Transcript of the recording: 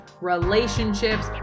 relationships